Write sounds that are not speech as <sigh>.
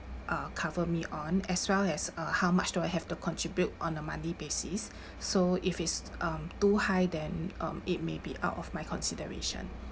uh cover me on as well as uh how much do I have to contribute on a monthly basis <breath> so if it's um too high then um it may be out of my consideration